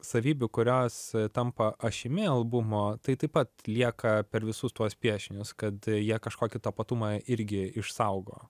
savybių kurios tampa ašimi albumo tai taip pat lieka per visus tuos piešinius kad jie kažkokį tapatumą irgi išsaugo